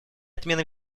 отмены